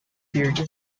period